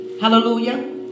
Hallelujah